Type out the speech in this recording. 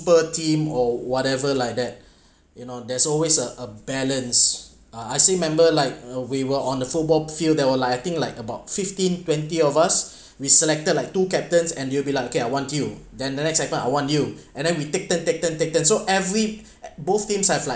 super team or whatever like that you know there's always a a balance ah I see member like uh we were on the football field that we're like I think like about fifteen twenty of us we selected like two captains and you'll be like okay I want you than the next captain I want you and then we take turn take turn take turn so every both teams have like